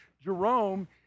jerome